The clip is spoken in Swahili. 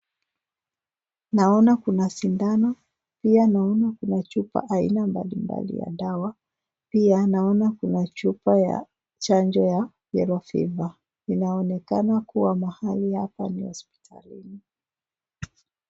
Noana kuna sindano pia naona kuna chupa aina mbalimbali ya dawa, pia naona kuna chupa ya chanjo ya yellow fever inaonekana kuwa mahali hapa ni hospitalini.